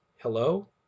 Hello